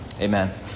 Amen